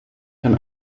kann